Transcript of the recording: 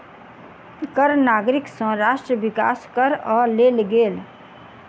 कर नागरिक सँ राष्ट्र विकास करअ लेल गेल